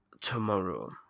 tomorrow